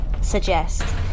suggest